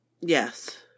Yes